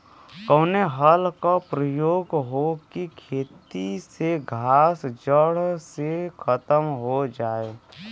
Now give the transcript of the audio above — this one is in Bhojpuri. कवने हल क प्रयोग हो कि खेत से घास जड़ से खतम हो जाए?